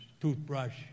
toothbrush